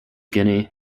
guinea